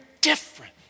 different